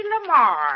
Lamar